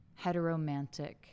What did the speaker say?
heteromantic